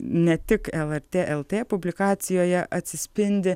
ne tik lrt lt publikacijoje atsispindi